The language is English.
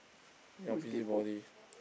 you are busybody